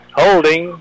holding